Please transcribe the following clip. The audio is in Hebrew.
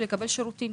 ולקבל שירותים.